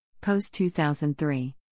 Post-2003